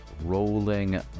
rolling